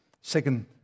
Second